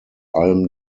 allem